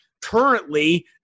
Currently